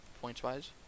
points-wise